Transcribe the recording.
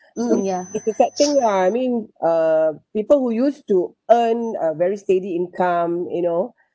it's a sad thing ya I mean uh people who used to earn a very steady income you know